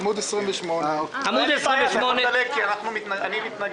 עמ' 28. אתה יכול לדלג כי אני מתנגד.